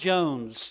Jones